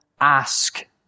Ask